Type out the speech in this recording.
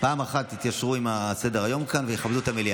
פעם אחת יתיישרו עם סדר-היום כאן ויכבדו את המליאה.